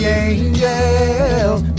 angels